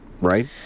right